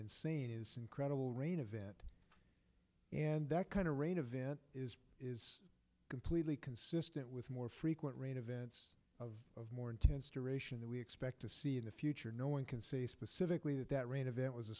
insane is incredible rain event and that kind of rain event is completely consistent with more frequent rain events of of more intense duration that we expect to see in the future no one can say specifically that that rain event was a